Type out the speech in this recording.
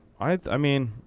i mean,